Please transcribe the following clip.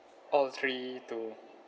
all three to